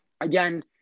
Again